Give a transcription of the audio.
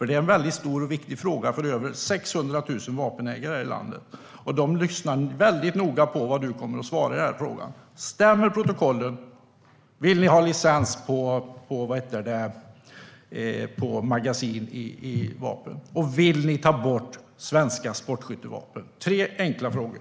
Det är en stor och viktig fråga för över 600 000 vapenägare i landet. De lyssnar noga på vad du kommer att svara i frågan. Stämmer protokollen? Vill ni införa licenskrav på vapenmagasin? Vill ni ta bort svenska sportskyttevapen? Det är tre enkla frågor.